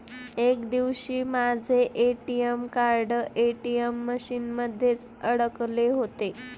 एक दिवशी माझे ए.टी.एम कार्ड ए.टी.एम मशीन मध्येच अडकले होते